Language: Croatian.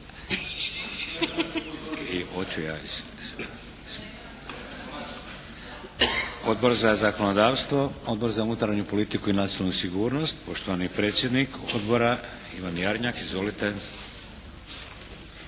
Odbor za zakonodavstvo, Odbor za unutarnju politiku i nacionalnu sigurnost. Poštovani predsjednik odbora Ivan Jarnjak. Izvolite.